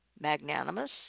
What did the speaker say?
magnanimous